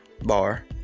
bar